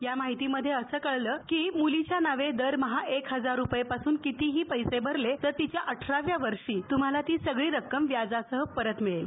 या माहितीमध्ये असं कळलं की मूलीच्या नावे दरमहा एक हजार रूपये पासून कितीही पैसे भरले तर तिच्या आठराव्या वर्षी तुम्हाला ती सगळी रक्कम व्याजासह परत मिळेल